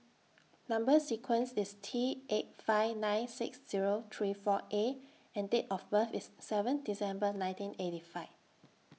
Number sequence IS T eight five nine six Zero three four A and Date of birth IS seven December nineteen eighty five